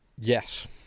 Yes